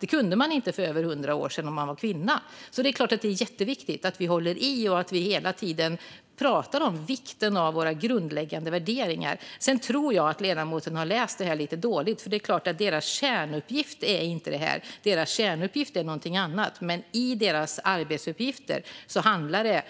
Det kunde man inte för över hundra år sedan om man var kvinna. Så det är klart att det är jätteviktigt att vi håller fast vid detta och hela tiden pratar om vikten av våra grundläggande värderingar. Sedan tror jag att ledamoten har läst detta lite dåligt. För det är klart att myndigheternas kärnuppgift inte är detta. Deras kärnuppgift är någonting annat. Men i deras arbetsuppgifter ingår det